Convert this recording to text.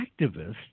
activists